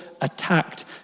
attacked